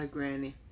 Granny